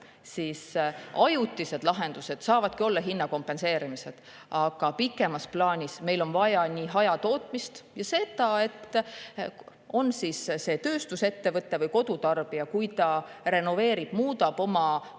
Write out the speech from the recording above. siis ajutised lahendused saavadki olla hinnakompenseerimised, aga pikemas plaanis on meil vaja nii hajatootmist kui ka seda, et on see siis tööstusettevõte või kodutarbija, kui ta renoveerib ja muudab oma